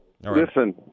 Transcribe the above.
Listen